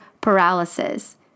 paralysis